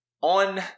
on